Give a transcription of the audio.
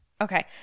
Okay